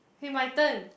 okay my turn